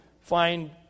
find